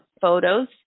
photos